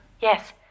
Yes